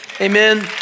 Amen